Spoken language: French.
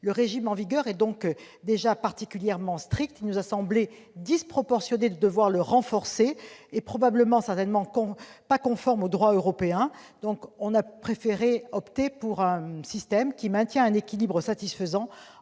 Le régime en vigueur est donc déjà particulièrement strict. Il nous a semblé disproportionné de devoir le renforcer, et probablement non conforme au droit européen. Nous avons préféré opter pour un système qui maintient un équilibre satisfaisant